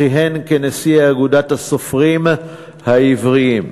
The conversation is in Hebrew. כיהן כנשיא אגודת הסופרים העבריים.